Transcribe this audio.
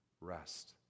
rest